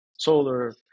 Solar